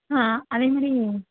ஆ அதேமாரி